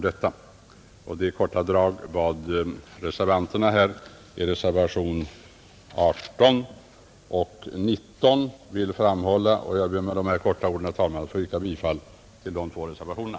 Det är i korta drag vad reservanterna vill framhålla i reservationerna 18 och 19. Jag ber med det anförda, herr talman, att få yrka bifall till de två reservationerna.